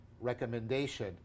recommendation